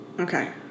okay